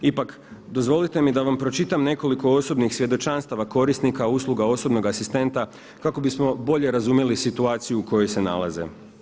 Ipak, dozvolite mi da vam pročitam nekoliko osobnih svjedočanstava korisnika usluga osobnog asistenta kako bismo bolje razumjeli situaciju u kojoj se nalaze.